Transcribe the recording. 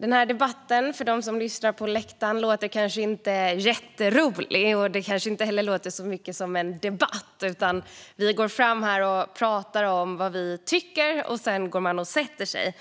För dem som lyssnar på läktaren låter den här debatten kanske inte jätterolig. Det kanske inte heller låter så mycket som en debatt - vi går fram här och pratar om vad vi tycker, och sedan går vi och sätter oss.